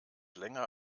länger